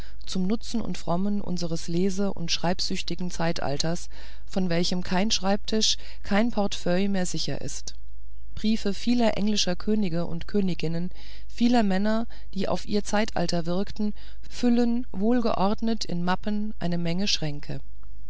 zum nutz und frommen unseres lese und schreibsüchtigen zeitalters vor welchem kein schreibtisch kein portefeuille mehr sicher ist briefe vieler englischer könige und königinnen vieler männer die auf ihr zeitalter wirkten füllen wohlgeordnet in mappen eine menge schränke